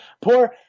poor –